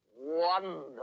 wonderful